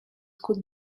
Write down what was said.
could